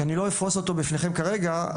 שאני לא אפרוש אותו בפניכם כרגע,